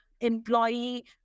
employee